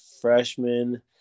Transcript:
freshman